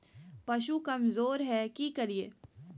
पशु कमज़ोर है कि करिये?